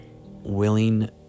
willing